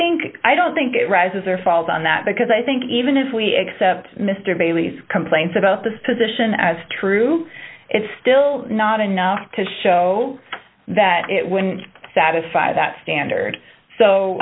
think i don't think it rises or falls on that because i think even if we accept mr bailey's complaints about the physician as true it's still not enough to show that it wouldn't satisfy that standard so